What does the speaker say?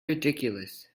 ridiculous